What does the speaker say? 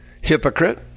hypocrite